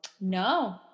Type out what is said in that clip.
no